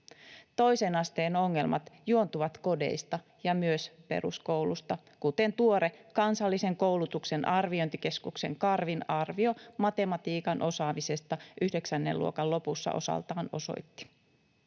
Toisen asteen ongelmat juontuvat kodeista ja myös peruskoulusta, kuten tuore Kansallisen koulutuksen arviointikeskuksen Karvin arvio matematiikan osaamisesta 9. luokan lopussa osaltaan osoitti.